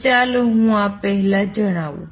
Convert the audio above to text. તો ચાલો હું આ પહેલા જણાવું